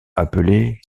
appelé